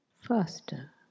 faster